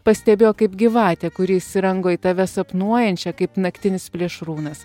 pastebėjo kaip gyvatė kuri įsirango į tave sapnuojančią kaip naktinis plėšrūnas